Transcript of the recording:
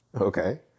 okay